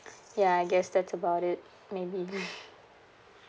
ya I guess that's about it maybe